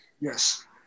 Yes